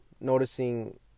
noticing